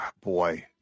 Boy